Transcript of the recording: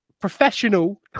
professional